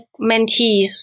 mentees